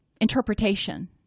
interpretation